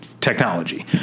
technology